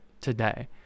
today